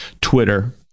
Twitter